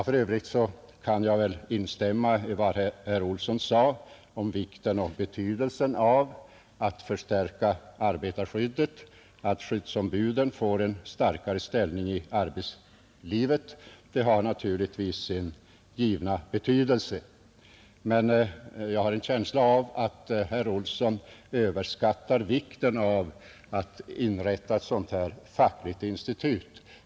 För övrigt kan jag instämma i vad herr Olsson i Stockholm sade om vikten och betydelsen av att förstärka arbetarskyddet och att skyddsom 167 buden får en starkare ställning i arbetslivet. Det har sin givna betydelse. Men jag har en känsla av att herr Olsson överskattar vikten av att inrätta ett sådant här fackligt institut.